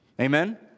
Amen